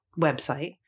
website